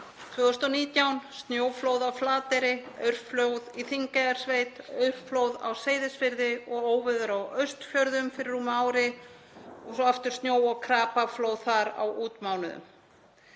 2019, snjóflóð á Flateyri, aurflóð í Þingeyjarsveit, aurflóð á Seyðisfirði og óveður á Austfjörðum fyrir rúmu ári og svo aftur snjó- og krapaflóð þar á útmánuðum.